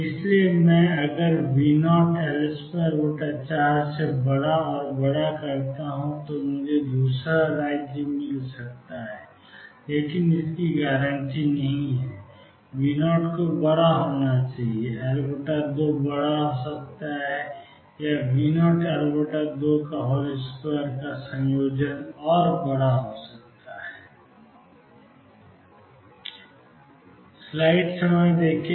इसलिए कि अगर मैं V0L24 को बड़ा और बड़ा करता हूं तो मुझे दूसरा राज्य मिल सकता है लेकिन इसकी गारंटी नहीं है कि V0 को बड़ा होना चाहिए L2 बड़ा हो सकता है या V0L22 का संयोजन बड़ा और बड़ा होना चाहिए